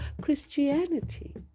Christianity